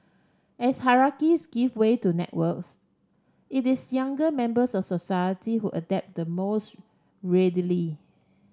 as hierarchies give way to networks it is younger members of society who adapt the most readily